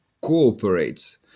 cooperates